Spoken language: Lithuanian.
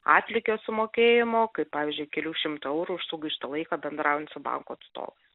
atlygio sumokėjimo kaip pavyzdžiui kelių šimtų eurų už sugaištą laiką bendraujant su banko atstovais